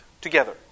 together